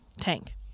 Tank